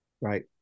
Right